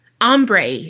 Ombre